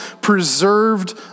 preserved